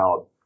out